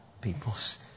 peoples